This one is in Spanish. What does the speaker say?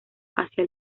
hacia